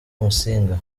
musinga